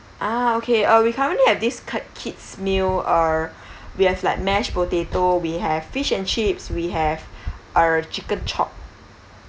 ah okay uh we currently have this ca~ kids meal uh we have like mashed potato we have fish and chips we have uh chicken chop